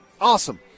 awesome